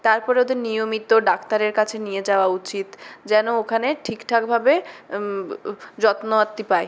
তারপরে ওদের নিয়মিত ডাক্তারের কাছে নিয়ে যাওয়া উচিত যেন ওখানে ঠিকঠাকভাবে যত্নআত্তি পায়